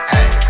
Hey